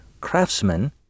craftsman